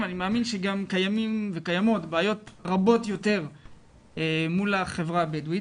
ואני מאמין שגם קיימות בעיות רבות יותר מול החברה הבדואית.